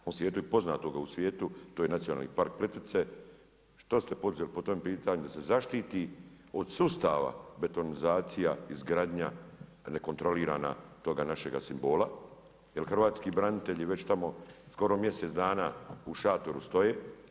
Po svijetu je poznato da u svijetu, to je nacionalni park Plitvice, što ste poduzeli po tom pitanju da se zaštiti od sustava betonizacija, izgradanja, nekontrolirana toga našega simbola, jer hrvatski branitelji, već tamo, skoro mjesec dana u šatoru stoje.